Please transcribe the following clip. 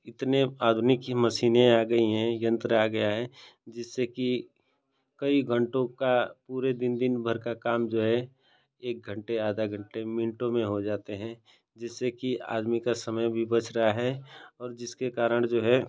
इतनी आधुनिक मशीनें आ गई हैं यन्त्र आ गया है जिससे कि कई घन्टों का पूरे दिन दिनभर का काम जो है एक घन्टे आधा घन्टे मिनटों में हो जाते हैं जिससे कि आदमी का समय भी बच रहा है और जिसके कारण जो है